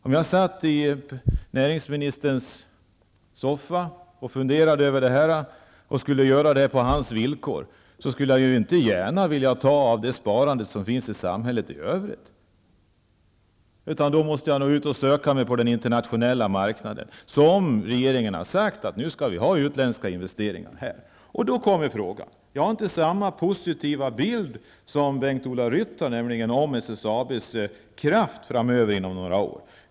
Om jag satt i näringsministerns soffa och funderade över det här och jag skulle göra det på hans villkor, skulle jag inte gärna vilja ta av det sparande som finns i samhället i övrigt, utan jag måste nog söka mig ut på den internationella marknaden. Regeringen har sagt att det nu skall göras utländska investeringar här. Jag har inte samma positiva bild av SSABs kraft om några år som Bengt-Ola Ryttar har.